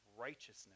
righteousness